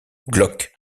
glock